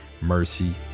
Mercy